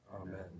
Amen